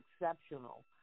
exceptional